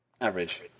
Average